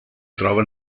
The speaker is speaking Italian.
trova